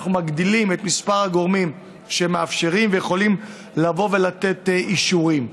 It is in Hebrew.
אנחנו מגדילים את מספר הגורמים שמאפשרים ויכולים לבוא ולתת אישורים.